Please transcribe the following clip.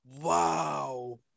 Wow